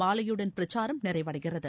மாலையுடன் பிரச்சாரம் நிறைவடைகிறது